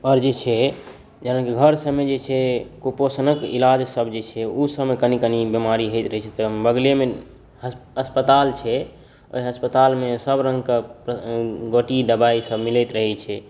औ आओर जे छै जेनाकि घर सभमे जे छै कुपोषणके इलाज सभ जे छै ओ सभमे कनि कनि बीमारी होइत रहै छै तऽ बगलेमे अस्पताल छै ओहि अस्पतालमे सभ रङ्ग के गोटी दवाई सभ मिलैत रहै छै